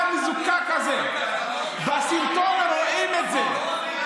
זה לא הוגן.